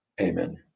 Amen